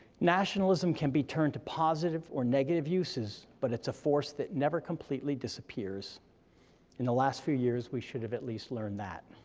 nationalism can be turned to positive or negative uses, but it's a force that never completely disappears in the last few years we should've at least learned that.